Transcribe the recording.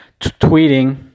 tweeting